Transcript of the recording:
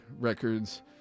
Records